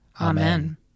Amen